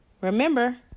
Remember